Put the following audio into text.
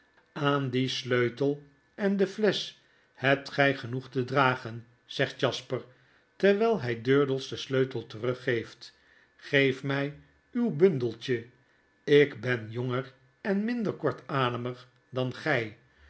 aan dien sleutel en de flesch hebt gy genoeg te dragen zegt jasper terwyl hy durdels den sleutel teruggeeft geef my uwbundeltje ik ben jonger en minder kortademig dan gyv